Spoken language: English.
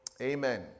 Amen